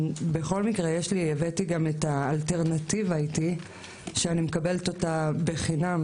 בכל מקר הבאתי גם את האלטרנטיבה איתי שאני מקבלת אותה בחינם,